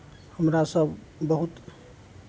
हमरा सभ बहुत